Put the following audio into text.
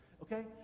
Okay